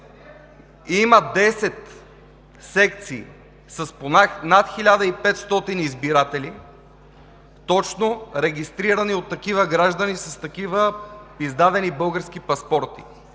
има 10 секции с по над 1500 избиратели, точно регистрирани от такива граждани, с такива издадени български паспорти?